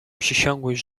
przysiągłeś